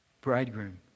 bridegroom